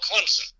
Clemson